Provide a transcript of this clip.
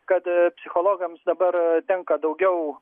kad psichologams dabar tenka daugiau